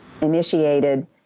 initiated